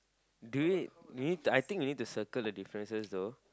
do it we need to I think we need to circle the differences though